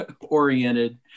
oriented